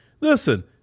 listen